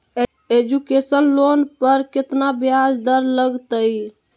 Education loan पर केतना ब्याज दर लगतई?